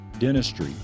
dentistry